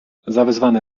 zawezwany